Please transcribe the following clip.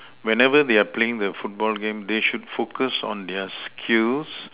whenever they are playing the football game they should focus on their skills